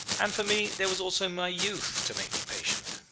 and for me there was also my youth to make me patient.